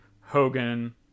Hogan